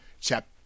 chapter